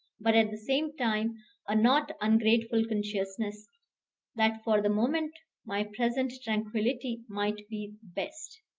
but at the same time a not ungrateful consciousness that for the moment my present tranquillity might be best.